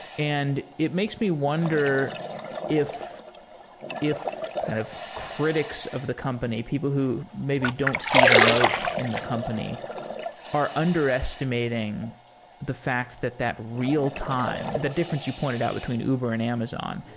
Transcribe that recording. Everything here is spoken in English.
and it makes me wonder if if kind of critics of the company, people who maybe don't see the moat in the company are underestimating the fact that that real-time, the difference you pointed out between uber and amazon,